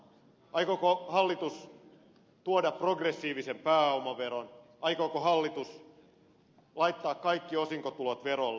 aikooko hallitus tuoda progressiivisen pääomaveron aikooko hallitus laittaa kaikki osinkotulot verolle